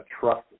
trust